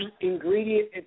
ingredient